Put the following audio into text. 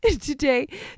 today